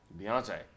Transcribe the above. Beyonce